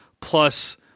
plus